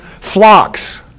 Flocks